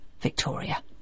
Victoria